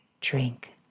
drink